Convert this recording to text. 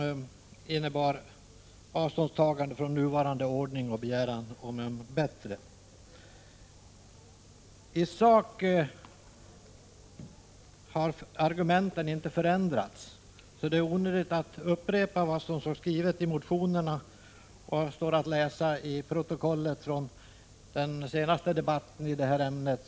Den innebar ett avståndstagande från den nuvarande ordningen och en begäran om en bättre ordning. I sak har argumenten inte förändrats. Det är därför onödigt att upprepa vad som står skrivet i motionerna och i protokollet från den senaste debatten i detta ämne.